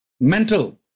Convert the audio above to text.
mental